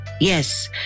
yes